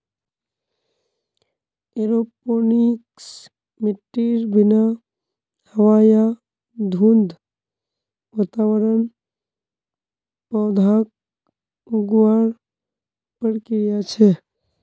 aeroponics मिट्टीर बिना हवा या धुंध वातावरणत पौधाक उगावार प्रक्रिया छे